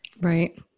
Right